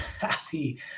happy